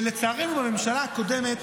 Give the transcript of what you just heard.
ולצערנו, בממשלה הקודמת